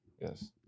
Yes